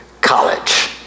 college